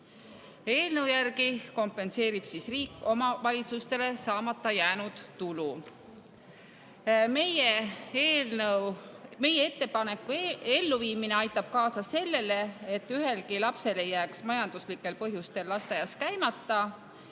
Eelnõu järgi kompenseerib riik omavalitsustele saamata jäänud tulu. Meie ettepaneku elluviimine aitab kaasa sellele, et ühelgi lapsel ei jääks majanduslikel põhjustel lasteaias käimata.